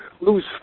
lose